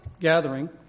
gathering